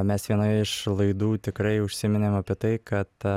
mes vienoje iš laidų tikrai užsiminėm apie tai kad